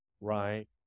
right